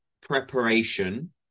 preparation